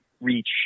reach